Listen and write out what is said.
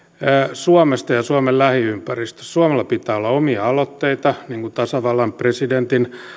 suomesta ja suomen lähiympäristöstä suomella pitää olla omia aloitteita niin kuin tasavallan presidentin